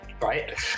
Right